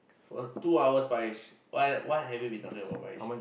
for two hours Parish what have you been talking about Parish